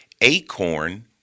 ACORN